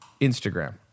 Instagram